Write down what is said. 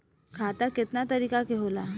खाता केतना तरीका के होला?